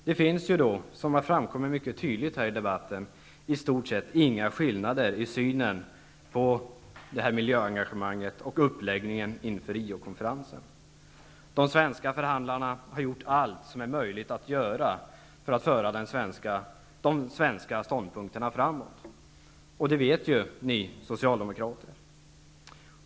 Det finns ju, vilket har framkommit mycket tydligt här i debatten, i stort sett inga skillnader i synen på detta miljöengagemang och uppläggningen inför Riokonferensen. De svenska förhandlarna har gjort allt som är möjligt att göra för att föra de svenska ståndpunkterna framåt, och det vet ju ni socialdemokrater.